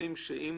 חושבים שאם